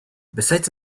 besides